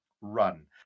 run